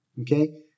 Okay